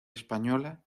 española